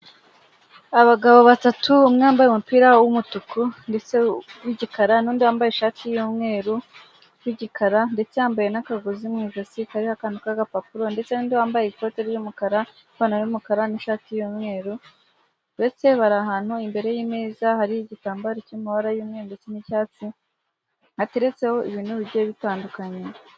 Abagabo batatu umwe wambaye umupira w'umutuku ndetse w'igikara n'undi wambaye ishati y'umweru w'igikara ndetse yambaye n'akagozi mu ijosi kari akana k'agapapuro ndetse n'u wambaye ikote ry'umukara, n'ipantaro, n'umukara, n'ishati y'umweru ndetse bari ahantu imbere y'imeza hari igitambaro cy'amabara y'umweru ndetse n'icyatsi ateretseho ibintu bigiye bitandukanye.